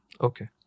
Okay